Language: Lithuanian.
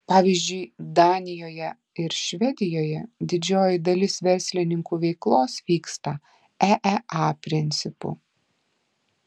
pavyzdžiui danijoje ir švedijoje didžioji dalis verslininkų veiklos vyksta eea principu